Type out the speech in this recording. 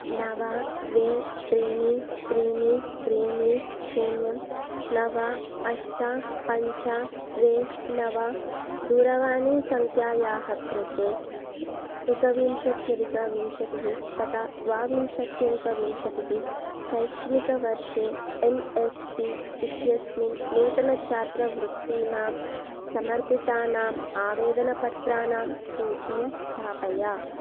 नव द्वे त्रीणि त्रीणि त्रीणि शून्यं नव अष्ट पञ्च द्वे नव दूरवाणीसङ्ख्यायाः कृते एकविंशत्यदिकविंशतिः तता द्वाविंशत्यदिकविंशतिः शैक्षणिकवर्षे एन् एस् पी इत्यस्मिन् नूतनछात्रवृत्तीनां समर्पितानाम् आवेदनपत्रानां सूचीं स्थापय